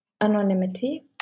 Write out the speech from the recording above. Anonymity